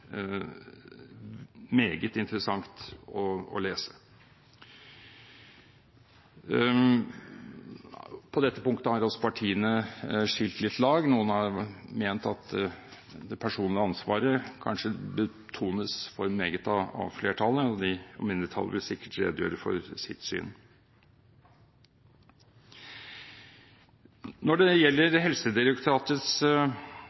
meget interessant å lese. På dette punktet har også partiene skilt litt lag. Noen har ment at det personlige ansvaret kanskje betones for meget av flertallet, og mindretallet vil sikkert redegjøre for sitt syn. Når det